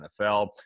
NFL